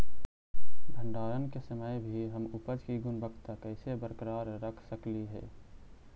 भंडारण के समय भी हम उपज की गुणवत्ता कैसे बरकरार रख सकली हे?